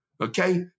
Okay